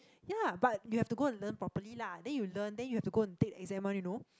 ya but you have to go and learn properly lah then you learn then you have to go and take exam one you know